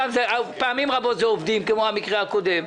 ופעמים רבות זה עובדים כמו במקרה הקודם,